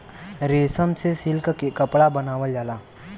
रेशम से सिल्क के कपड़ा बनावल जाला